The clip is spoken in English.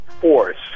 force